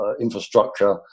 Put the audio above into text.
infrastructure